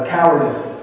cowardice